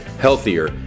healthier